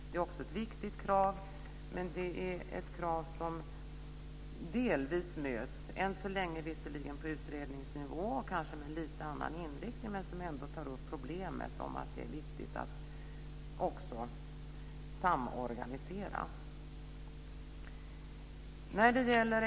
Det är också ett viktigt krav. Men det är ett krav som delvis möts, än så länge visserligen på utredningsnivå och kanske med liten annan inriktning. Men man tar ändå upp problemet med att det också är viktigt att samorganisera.